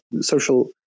social